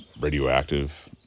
radioactive